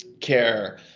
care